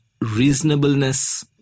reasonableness